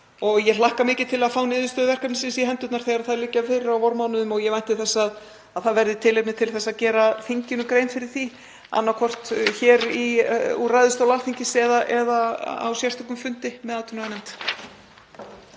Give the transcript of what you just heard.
og ég hlakka mikið til að fá niðurstöður verkefnisins í hendurnar þegar þær liggja fyrir á vormánuðum og ég vænti þess að það verði tilefni til þess að gera þinginu grein fyrir því, annaðhvort hér úr ræðustól Alþingis eða á sérstökum fundi með atvinnuveganefnd.